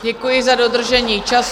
Děkuji za dodržení času.